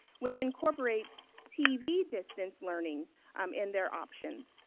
which incorporates tv distance learning um in their options.